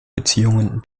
beziehungen